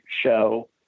show